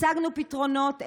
הצגנו פתרונות,